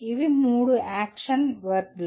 ఇవి మూడు action verb లు